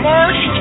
March